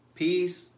peace